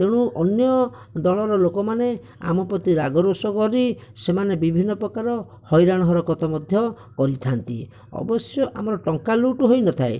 ତେଣୁ ଅନ୍ୟ ଦଳର ଲୋକମାନେ ଆମ ପ୍ରତି ରାଗ ରୁଷ କରି ସେମାନେ ବିଭିନ୍ନ ପ୍ରକାର ହଇରାଣ ହରକତ ମଧ୍ୟ କରିଥାନ୍ତି ଅବଶ୍ୟ ଆମର ଟଙ୍କା ଲୁଟ୍ ହୋଇନଥାଏ